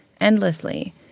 endlessly